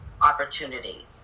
opportunity